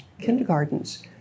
kindergartens